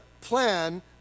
plan